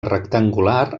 rectangular